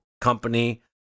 company